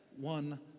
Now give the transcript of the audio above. one